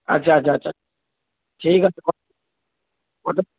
আচ্ছা আচ্ছা আচ্ছা ঠিক আছে কবে